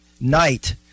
night